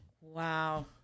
Wow